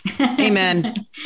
amen